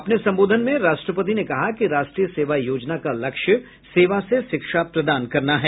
अपने संबोधन में राष्ट्रपति ने कहा कि राष्ट्रीय सेवा योजना का लक्ष्य सेवा से शिक्षा प्रदान करना है